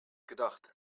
gedacht